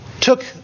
took